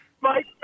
Mike